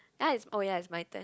ya it's oh ya it's my turn